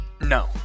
No